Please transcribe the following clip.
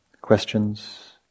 questions